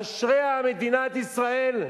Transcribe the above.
אשריה מדינת ישראל,